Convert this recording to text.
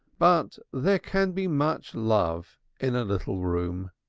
but there can be much love in a little room.